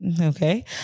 Okay